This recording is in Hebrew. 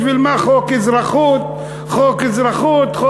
בשביל מה חוק אזרחות, חוק אזרחות,